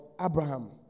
Abraham